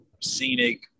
scenic